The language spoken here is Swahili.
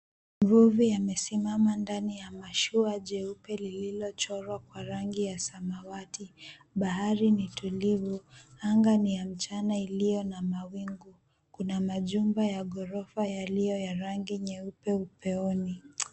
Mvuvi amesimama ndani ya mashua jeupe lililochorwa kwa rangi ya samawati. Bahari ni tulivu, anga ni ya mchana iliyo na mawingu. Kuna majumba ya ghorofa yaliyo ya rangi nyeupe upeoni.